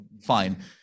fine